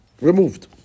removed